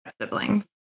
siblings